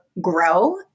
grow